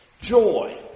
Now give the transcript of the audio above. Joy